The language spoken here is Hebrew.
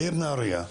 העיר נהריה,